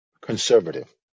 conservative